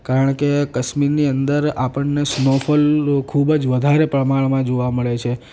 કારણકે કાશ્મીરની અંદર આપણને સ્નોફોલ ખૂબ જ વધારે પ્રમાણમાં જોવા મળે છે